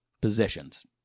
positions